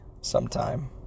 sometime